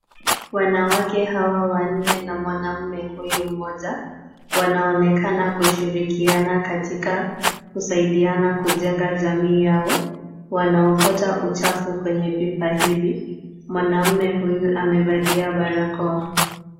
Wanawake hawa wanne na mwanamume huyu mmoja wanaonekana kushirikiana katika kusaidiana kujenga jamii yao. Wanaokota uchafu kwenye pipa hili. Mwanamume huyu amevalia barakoa.